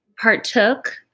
partook